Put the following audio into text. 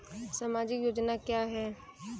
सामाजिक योजना क्या है?